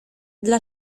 dla